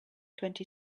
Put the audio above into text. twenty